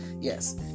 yes